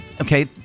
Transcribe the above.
Okay